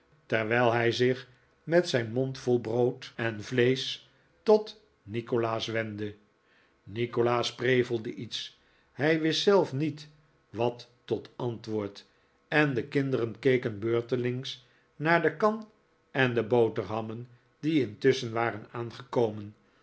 terwijl hij zich met zijn mond vol brood en vleesch tot nikolaas wendde nikolaas prevelde iets hij wist zelf niet wat tot antwoord en de kinderen keken beurtelings naar de kan en de boterhammen die intusschen waren aangekomen